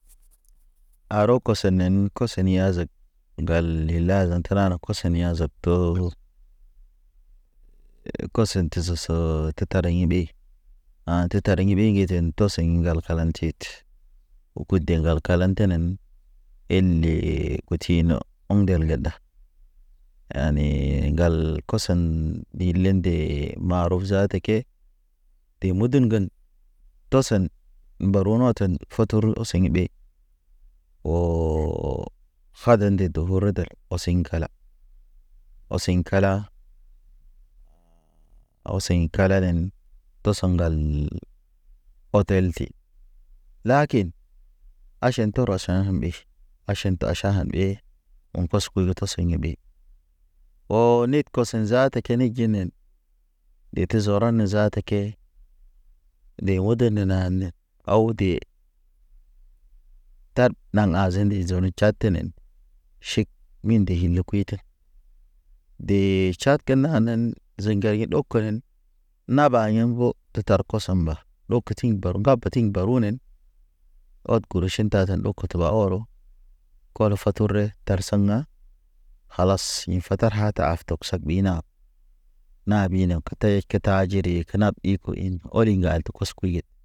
Aro kosonen kosoni azek gal ila zan tanana koso ne ya zabto. Kosen te sese te tare ḭ ɓe, ha̰ te tare ḭ ɓe ŋgeten tɔsḛɲ ŋgal kalaŋ tit, oku de ŋgal kalan tenen, elle koti ye ɔŋ del gada. Yani ŋgal kɔsen, ɗi linde maruf zaata ke, de mudun gen tɔsen. Mboru noten foturu oseŋ ɓe. Haden de duburu del, ɔsiŋ kala, osiŋ kala, awsiŋ kala nen toso ŋgal. Ɔ tel ti, lakin, aʃan to ros ha hambe. Aʃan to aʃan ɓe, Ɔŋ kɔs kul le tɔsɔyo̰ be. O nig kɔsen zaata ke ni jinen, ɗe ki zoran ne zaata ke ɗe udene nane awde. Tat naŋ azini zondi Tchad tenen. Ʃik minde hile kuyt. De tʃake nanen, ziŋ ŋgariye ɗɔg kenen Ɗo ketiŋ bar ŋga batiŋ barunen, ɔd guru ʃinta ta ndɔ kut ɓa ɔrɔ. Kɔlɔ fature, tar saŋa. Kalas in fatar hata aftɔk ʃɔk ɓina. Na bine kete keta jiri ke nap i ko in ɔliŋga te kɔsku yed.